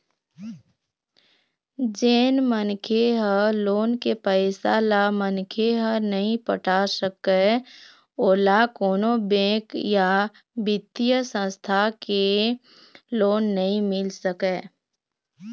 जेन मनखे ह लोन के पइसा ल मनखे ह नइ पटा सकय ओला कोनो बेंक या बित्तीय संस्था ले लोन नइ मिल सकय